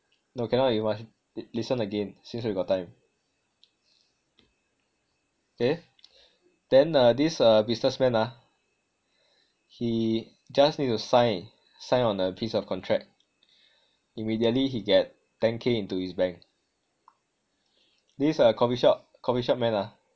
no cannot you must listen again since we got time k then uh this businessman ah he just need to sign sign on a piece of contract immediately he get ten k into his bank this uh coffee shop coffee shop man ah